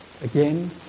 again